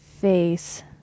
face